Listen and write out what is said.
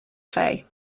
play